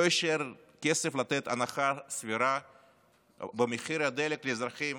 לא יישאר כסף לתת הנחה סבירה במחיר הדלק לאזרחים